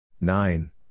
Nine